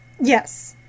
yes